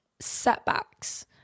Setbacks